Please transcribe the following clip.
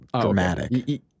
dramatic